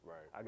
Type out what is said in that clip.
Right